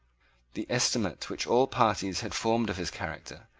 the estimate which all parties had formed of his character,